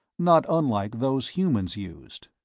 not unlike those humans used.